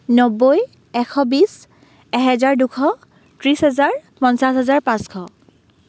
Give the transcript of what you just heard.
নব্বৈ এশ বিছ এহেজাৰ দুশ ত্ৰিছ হেজাৰ পঞ্চাছ হাজাৰ পাঁচশ